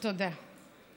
תודה.